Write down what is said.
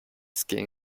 skin